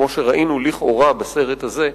כמו שראינו לכאורה בסרט הזה,